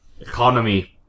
economy